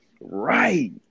Right